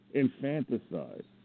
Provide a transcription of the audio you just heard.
infanticide